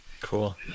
Cool